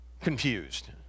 confused